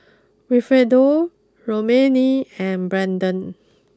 Wilfredo Romaine and Brayden